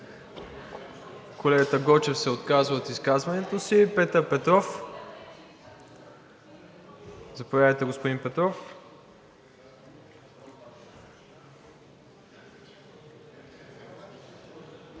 Колегата Гочев се отказва от изказването си. Петър Петров – заповядайте, господин Петров.